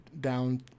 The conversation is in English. down